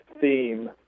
theme